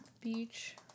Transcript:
beach